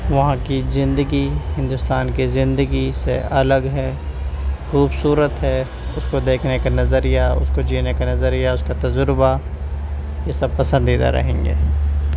وہاں کی زندگی ہندوستان کے زندگی سے الگ ہے خوبصورت ہے اس کو دیکھنے کا نظریہ اس کو جینے کا نظریہ اس کا تجربہ یہ سب پسندیدہ رہیں گے